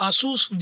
Asus